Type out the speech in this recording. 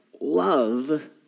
Love